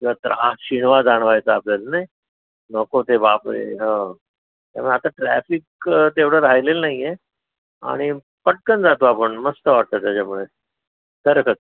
त्रास शिणवठा जाणवायचा आपल्याला नाही नको ते बापरे कारण आता ट्राफिक तेवढं राहिलेलं नाही आहे आणि पटकन जातो आपण मस्त वाटतं त्याच्यामुळे खरंच